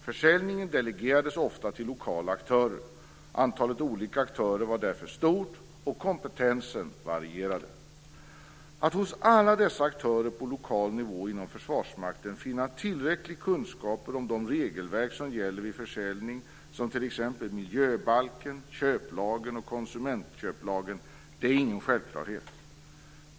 Försäljningen delegerades ofta till lokala aktörer. Antalet olika aktörer var därför stort och kompetensen varierande. Att hos alla dessa aktörer på lokal nivå inom Försvarsmakten finna tillräckliga kunskaper om det regelverk som gäller vid försäljning, som t.ex. miljöbalken, köplagen och konsumentköplagen, är ingen självklarhet.